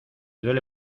duele